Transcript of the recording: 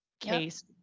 case